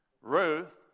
Ruth